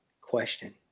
question